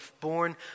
born